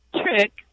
trick